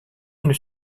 une